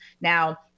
Now